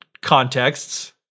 contexts